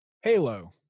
Halo